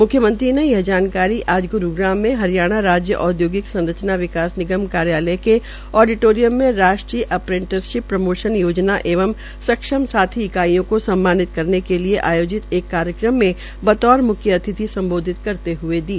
म्ख्यमंत्री ने यह जानकारी आज ग्रूग्राम में हरियाणा औद्योगिक संरचना विकास निगम कार्यालय के ओडीटोरियम में राष्ट्रीय अप्रेंटिसशिप प्रयोग योजना एवं सक्षम साथी इकाईयों को सम्मानित करने के लिए आयोजित एक कार्यक्रम में बतौर म्ख्य अतिथि सम्बोधित करते हए दी